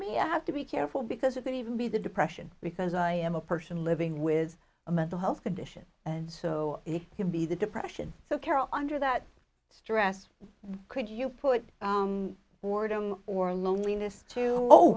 me i have to be careful because it could even be the depression because i am a person living with a mental health condition and so it can be the depression so carol under that stress could you put boredom or loneliness too low